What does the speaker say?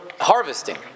harvesting